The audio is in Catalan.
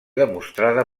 demostrada